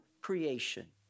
creation